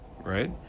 right